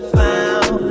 found